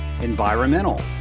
environmental